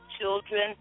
children